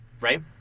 right